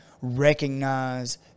recognize